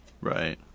Right